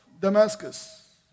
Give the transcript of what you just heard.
Damascus